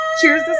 Cheers